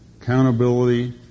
Accountability